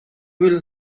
will